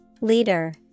Leader